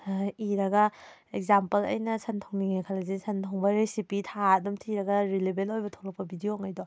ꯏꯔꯒ ꯑꯦꯛꯖꯥꯝꯄꯜ ꯑꯩꯅ ꯁꯟ ꯊꯣꯡꯅꯤꯡꯉꯦ ꯈꯜꯂꯁꯤ ꯁꯟ ꯊꯣꯡꯕ ꯔꯤꯁꯤꯄꯤ ꯊꯥꯔ ꯑꯗꯨꯝ ꯊꯤꯔꯒ ꯔꯤꯂꯦꯕꯦꯟ ꯑꯣꯏꯕ ꯊꯣꯛꯂꯛꯄ ꯕꯤꯗꯤꯑꯣꯉꯩꯗꯣ